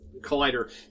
collider